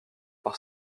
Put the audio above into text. par